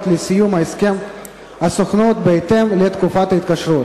לסיום הסכם הסוכנות בהתאם לתקופת ההתקשרות,